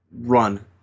run